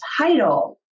title